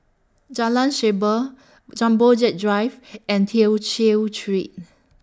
Jalan Shaer Jumbo Jet Drive and Tew Chew Street